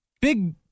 big